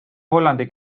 hollandi